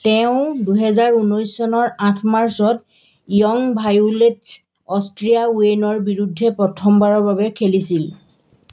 তেওঁ দুহেজাৰ ঊনৈছ চনৰ আঠ মাৰ্চত য়ং ভাইয়োলেটছ অ'ষ্ট্ৰিয়া ৱেইনৰ বিৰুদ্ধে প্ৰথমবাৰৰ বাবে খেলিছিল